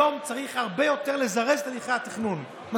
היום צריך לזרז את הליכי התכנון הרבה יותר,